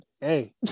hey